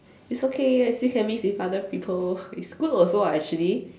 it's okay we still can mix with other people it's good also [what] actually